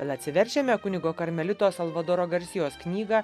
tada atsiverčiame kunigo karmelito salvadoro garsijos knygą